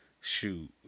shoot